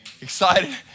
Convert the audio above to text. Excited